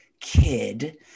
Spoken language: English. kid